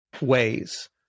ways